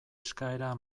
eskaera